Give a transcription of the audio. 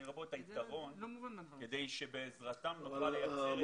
אני לא רואה את היתרון כדי שבעזרתן נוכל לאתר את האנשים.